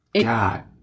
god